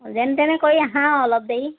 অঁ যেন তেনে কৰি আহাঁ অলপ দে